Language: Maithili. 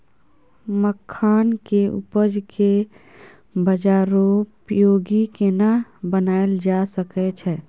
मखान के उपज के बाजारोपयोगी केना बनायल जा सकै छै?